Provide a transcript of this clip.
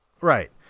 Right